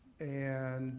and